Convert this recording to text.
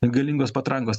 galingos patrankos